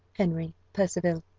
henry percival.